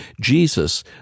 Jesus